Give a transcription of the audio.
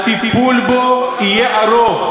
הטיפול בו יהיה ארוך,